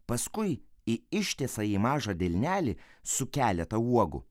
paskui į ištisą į mažą delnelį su keletą uogų